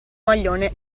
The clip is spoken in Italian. maglione